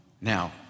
Now